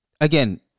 again